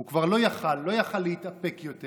הוא כבר לא יכול היה להתאפק יותר: